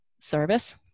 service